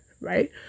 right